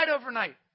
overnight